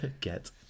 Get